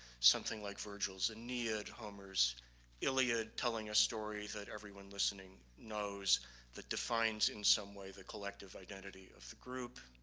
something like virgil's aeneid homer's iliad telling a story that everyone listening knows that defines in some way the collective identity of the group.